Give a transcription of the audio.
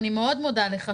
אני מאוד מודה לך,